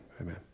Amen